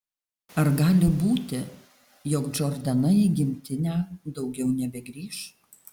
ar gali būti jog džordana į gimtinę daugiau nebegrįš